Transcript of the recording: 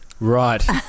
Right